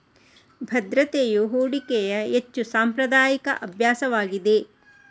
ಭದ್ರತೆಯು ಹೂಡಿಕೆಯ ಹೆಚ್ಚು ಸಾಂಪ್ರದಾಯಿಕ ಅಭ್ಯಾಸವಾಗಿದೆ